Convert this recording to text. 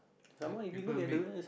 like people make